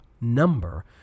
number